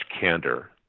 candor